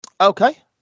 Okay